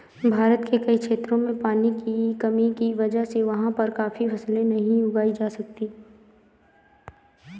भारत के कई क्षेत्रों में पानी की कमी की वजह से वहाँ पर काफी फसलें नहीं उगाई जा सकती